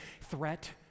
threat